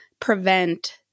prevent